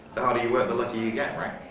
harder you work, the luckier you get, right?